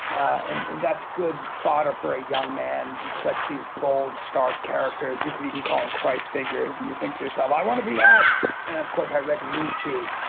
and that's good fodder for a young man. it sets these bold stark characters you could even call them and christ figures, and you think to yourself, i want to be that. and of course, i read nietzsche.